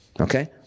okay